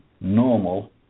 normal